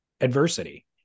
adversity